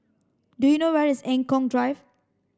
do you know where is Eng Kong Drive